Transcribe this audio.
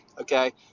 okay